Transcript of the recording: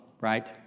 right